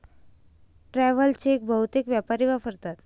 travel cheque बहुतेक व्यापारी वापरतात